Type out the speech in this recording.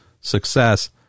success